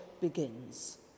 begins